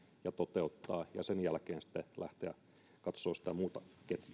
ja toteuttaa se ja sen jälkeen sitten lähteä katsomaan sitä muuta